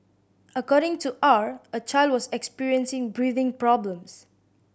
according to R a child was experiencing breathing problems